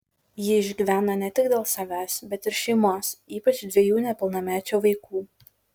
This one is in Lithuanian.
ji išgyvena ne tik dėl savęs bet ir šeimos ypač dviejų nepilnamečių vaikų